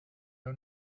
who